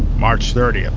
march thirty,